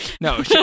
No